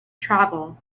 travel